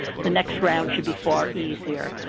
the next round should be far easier.